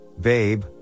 babe